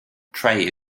trey